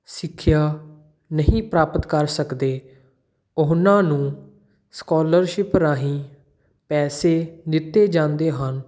ਸਿੱਖਿਆ ਨਹੀਂ ਪ੍ਰਾਪਤ ਕਰ ਸਕਦੇ ਉਹਨਾਂ ਨੂੰ ਸਕੋਲਸ਼ਿਪ ਰਾਹੀਂ ਪੈਸੇ ਦਿੱਤੇ ਜਾਂਦੇ ਹਨ